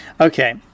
okay